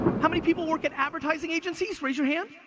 how many people work at advertising agencies? raise your hand.